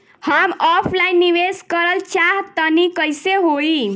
हम ऑफलाइन निवेस करलऽ चाह तनि कइसे होई?